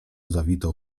zaświtał